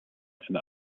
and